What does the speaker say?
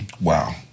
Wow